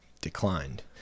declined